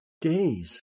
days